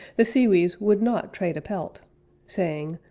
the sewees would not trade a pelt saying,